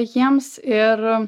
jiems ir